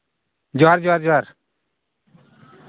ᱡᱚᱦᱟᱨ ᱡᱚᱦᱟᱨ ᱡᱚᱦᱟᱨ